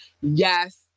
Yes